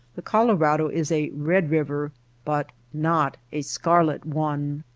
the colo rado is a red river but not a scarlet one.